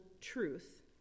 truth